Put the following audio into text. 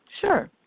sure